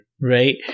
Right